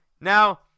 Now